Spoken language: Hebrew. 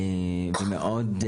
מאוד,